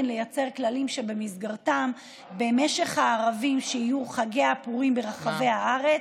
וגם כן לייצר כללים שבמסגרתם במשך הערבים שיהיו חגי הפורים ברחבי הארץ: